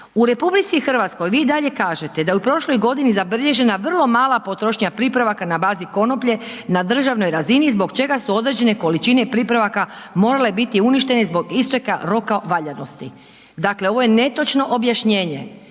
U RH vi i dalje kažete da je u prošloj godini zabilježena vrlo mala potrošnja pripravaka na bazi konoplje na državnoj razini zbog čega su određene količine pripravaka morale biti uništene zbog isteka roka valjanosti. Dakle, ovo je netočno objašnjenje,